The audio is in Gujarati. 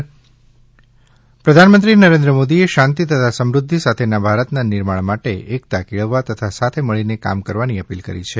પ્રધાનમંત્રી ગુજરાત પ્રધાનમંત્રી નરેન્દ્ર મોદીએ શાંતિ તથા સમૃદ્ધિ સાથેના ભારતના નિર્માણ માટે એકતા કેળવવા તથા સાથે મળીને કામ કરવાની અપીલ કરી છે